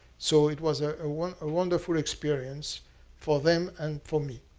so it was ah was a wonderful experience for them and for me.